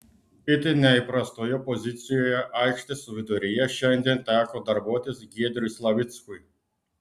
itin neįprastoje pozicijoje aikštės viduryje šiandien teko darbuotis giedriui slavickui